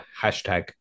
hashtag